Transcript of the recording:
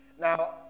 Now